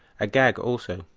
agag also,